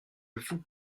vous